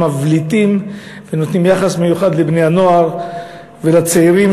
שמבליטים ונותנים יחס מיוחד לבני-הנוער ולצעירים,